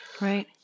right